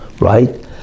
right